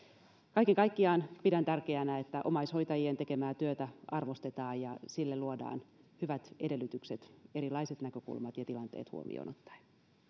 kaiken kaikkiaan pidän tärkeänä että omaishoitajien tekemää työtä arvostetaan ja sille luodaan hyvät edellytykset erilaiset näkökulmat ja tilanteet huomioon ottaen